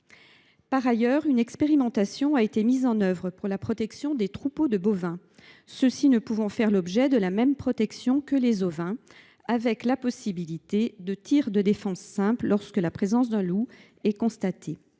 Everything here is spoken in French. en œuvre une expérimentation pour la protection des troupeaux de bovins, lesquels ne peuvent faire l’objet de la même protection que les ovins, avec la possibilité d’un tir de défense simple lorsque la présence d’un loup est constatée.